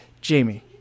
Jamie